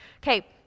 Okay